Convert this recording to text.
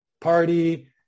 party